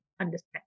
understand